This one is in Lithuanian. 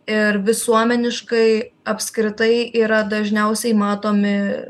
ir visuomeniškai apskritai yra dažniausiai matomi